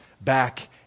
back